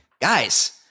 guys